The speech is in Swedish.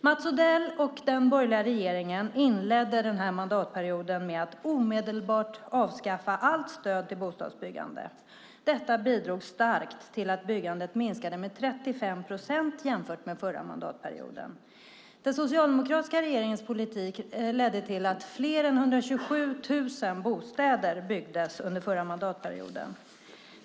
Mats Odell och den borgerliga regeringen inledde mandatperioden med att omedelbart avskaffa allt stöd till bostadsbyggandet. Det bidrog starkt till att byggandet minskade med 35 procent jämfört med förra mandatperioden. Den socialdemokratiska regeringens politik ledde till att fler än 127 000 bostäder byggdes under förra mandatperioden.